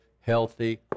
healthy